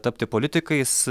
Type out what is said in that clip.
tapti politikais